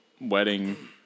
wedding